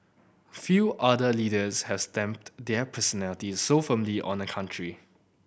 few other leaders have stamped their personalities so firmly on a country